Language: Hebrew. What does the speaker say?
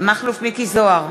מכלוף מיקי זוהר,